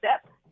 step